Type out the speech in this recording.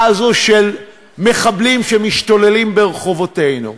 הזאת של מחבלים שמשתוללים ברחובותינו.